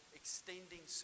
extending